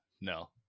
No